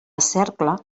cercle